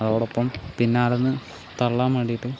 അതോടൊപ്പം പിന്നെ അവിടെനിന്ന് തള്ളാൻ വേണ്ടിയിട്ട്